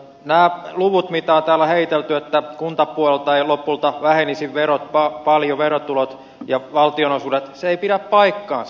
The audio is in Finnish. nämä luvut mitä täällä on heitelty että kuntapuolelta eivät lopulta paljon vähenisi verotulot ja valtionosuudet eivät pidä paikkaansa